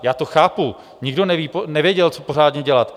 Já to chápu, nikdo nevěděl, co pořádně dělat.